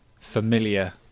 familiar